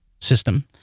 system